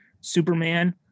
Superman